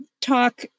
talk